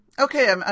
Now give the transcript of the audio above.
Okay